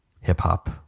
hip-hop